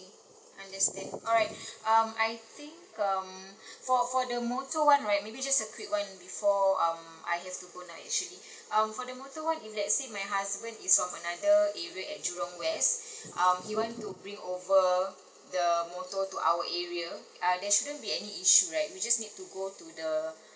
okay understand alright um I think um for for the motor one right maybe just a quick one before um I have to go now actually um for the motor one if let's say my husband is from another area at jurong west um he want to bring over the motor to our area uh there shouldn't be any issue right we just need to go to the